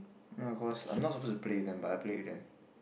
no of course I'm not supposed to play with them but I play with them